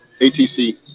ATC